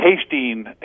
tasting